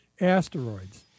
asteroids